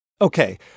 Okay